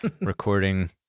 recording